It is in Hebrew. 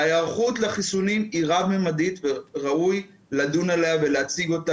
ההיערכות לחיסונים היא רב-ממדית וראוי לדון עליה ולהציג אותה,